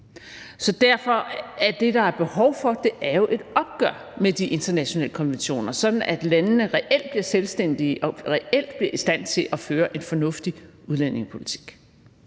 Så derfor er det, der er behov for, jo et opgør med de internationale konventioner, sådan at landene reelt bliver selvstændige og reelt bliver i stand til at føre en fornuftig udlændingepolitik.